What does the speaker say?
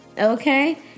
okay